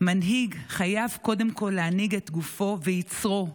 "מנהיג חייב קודם להנהיג את גופו ויצרו,